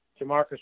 Jamarcus